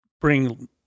bring